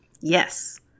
Yes